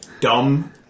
dumb